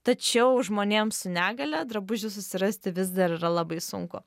tačiau žmonėms su negalia drabužius susirasti vis dar yra labai sunku